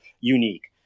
unique